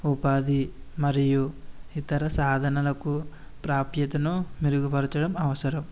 ఉపాధి మరియు ఇతర సాధనాలకు ప్రాప్యతను మెరుగుపరచడం అవసరం